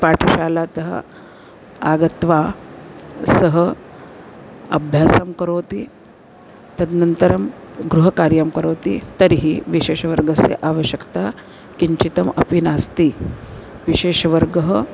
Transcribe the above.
पाठशालातः आगत्वा सः अभ्यासं करोति तदनन्तरम् गृहकार्यं करोति तर्हि विशेषवर्गस्य आवश्यक्ता किञ्चिद् अपि नास्ति विशेषवर्गः